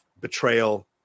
betrayal